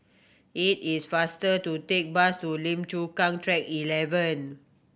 it is faster to take bus to Lim Chu Kang Track Eleven